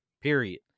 period